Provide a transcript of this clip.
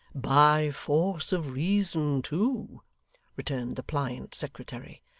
by force of reason too returned the pliant secretary.